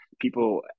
people